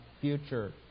future